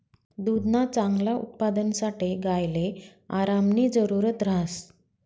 दुधना चांगला उत्पादनसाठे गायले आरामनी जरुरत ह्रास